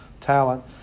talent